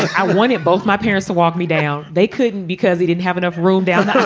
i won it both my parents to walk me down. they couldn't because he didn't have enough room down.